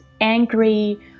angry